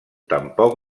tampoc